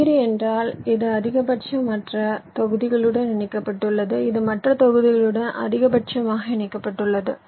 degree என்றால் இது அதிகபட்சம் மற்ற தொகுதிகளுடன் இணைக்கப்பட்டுள்ளது இது மற்ற தொகுதிகளுடன் அதிகபட்சமாக இணைக்கப்பட்டுள்ளது